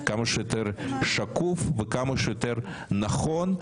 כמה שיותר שקוף וכמה שיותר נכון,